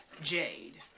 Jade